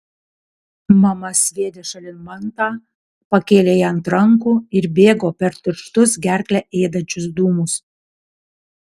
mama sviedė šalin mantą pakėlė ją ant rankų ir bėgo per tirštus gerklę ėdančius dūmus